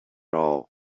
all